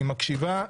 היא מקשיבה,